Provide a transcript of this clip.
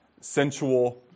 sensual